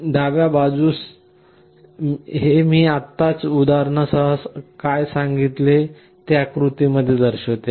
डाव्या बाजूस हे मी आत्ताच उदाहरणासह काय सांगितले ते आकृती दर्शविते